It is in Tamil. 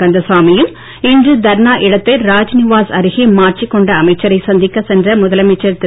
கந்தசாமியும் இன்று தர்ணா இடத்தை ராஜ்நிவாஸ அருகே மாற்றிக் கொண்ட அமைச்சரை சந்திக்க சென்ற முதலமைச்சர் திரு